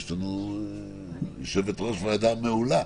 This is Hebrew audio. יש לנו יושבת-ראש ועדה מעולה.